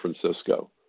Francisco